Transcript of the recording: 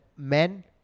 Men